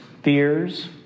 Fears